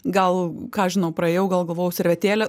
gal ką aš žinau praėjau gal galvojau servetėlė